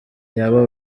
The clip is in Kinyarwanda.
yaba